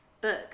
book